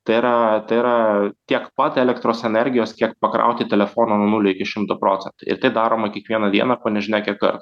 tai yra tai yra tiek pat elektros energijos kiek pakrauti telefoną nuo nulio iki šimto procentų ir tai daroma kiekvieną dieną po nežinia kiek kartų